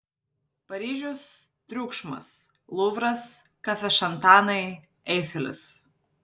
paryžius triukšmas luvras kafešantanai eifelis